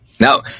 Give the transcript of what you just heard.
Now